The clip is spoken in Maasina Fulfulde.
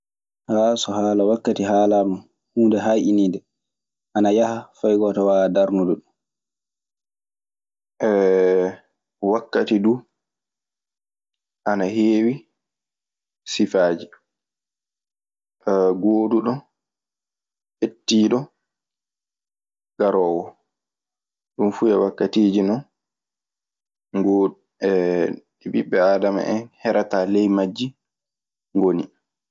So haala wakkati haalaama, huunde hayniinɗe ana haya. Fay gooto wawa darnude ɗun. Wakkati duu ana heewi sifaaji: gooduɗo, ɓettiiɗo, garoowo. Wakkati du ana heewi sifaaji: gooduɗo, ɓettiiɗo, garoowo. Ɗun fuu yo wakkatiiji non ngu ɓiɓɓe aadama en herataa ley majji ngoni.